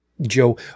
joe